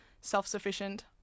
self-sufficient